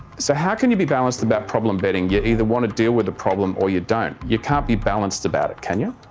so how can you be balanced about problem betting? you either want to deal with the problem or you don't. you can't be balanced about it, can you?